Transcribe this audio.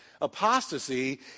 Apostasy